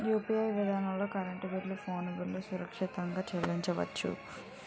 UPI విధానంలో current bill phone bill సురక్షితంగా చెల్లించొచ్చు